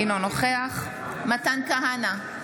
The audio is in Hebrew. אינו נוכח מתן כהנא,